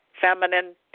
feminine